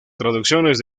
traducciones